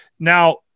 Now